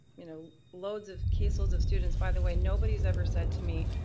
you know loads of, case loads of students, by the way nobody's ever said to me,